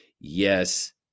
Yes